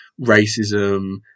racism